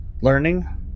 Learning